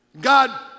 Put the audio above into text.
God